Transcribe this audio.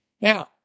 Now